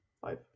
five